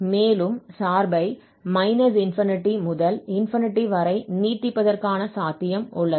மேலும் சார்பை ∞ முதல் வரை நீட்டிப்பதற்கான சாத்தியம் உள்ளது